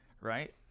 right